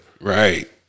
Right